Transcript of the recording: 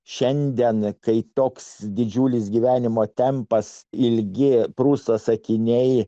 šiandien kai toks didžiulis gyvenimo tempas ilgi prūsas akiniai